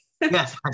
Yes